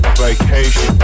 vacation